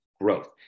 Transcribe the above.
growth